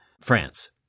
France